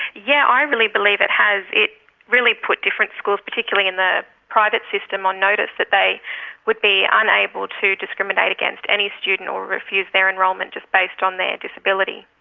yeah i really believe it has. it really put different schools, particularly in the private system, on notice that they would be unable to discriminate against any student or refuse their enrolment just based on their disability.